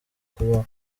kubaho